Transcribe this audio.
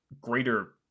greater